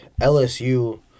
LSU